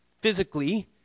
physically